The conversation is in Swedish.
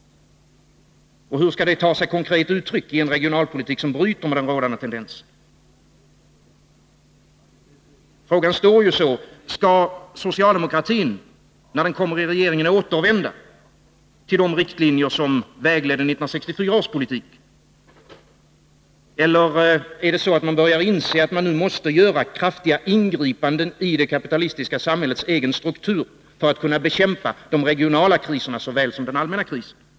Och hur skall det ta sig konkret uttryck i en regionalpolitik som bryter med den rådande tendensen? Frågan står ju så: Skall socialdemokratin, när den kommer i regeringsställning, återvända till de riktlinjer som vägledde 1964 års politik, eller börjar man inse att man nu måste göra kraftiga ingripanden i det kapitalistiska samhällets egen struktur för att kunna bekämpa de regionala kriserna såväl som den allmänna krisen?